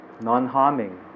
non-harming